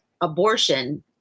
abortion